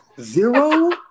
Zero